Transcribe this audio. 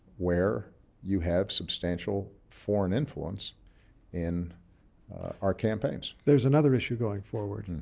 where you have substantial foreign influence in our campaigns. there's another issue going forward.